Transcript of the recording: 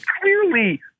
clearly